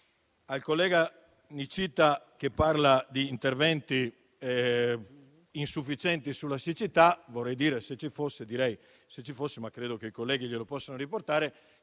Il collega Nicita ha parlato di interventi insufficienti sulla siccità. Se ci fosse, ma credo che i colleghi glielo possano riportare,